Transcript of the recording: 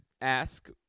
ask